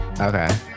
Okay